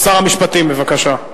שר המשפטים, בבקשה.